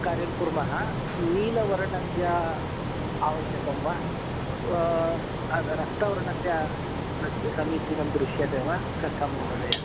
कार्यं कुर्मः नीलवर्णस्य आवश्यकं वा र रक्तवर्णस्य व समीचीनं दृश्यते वा कथं महोदय